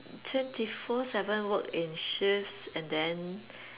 twenty four seven work in shifts and then